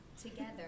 together